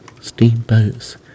steamboats